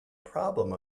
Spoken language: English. problem